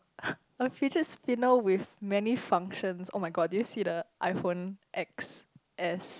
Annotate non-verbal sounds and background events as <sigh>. <breath> a fidget spinner with many functions [oh]-my-god did you see the iPhone X_S